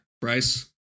Bryce